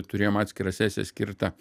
turėjom atskirą sesiją skirtą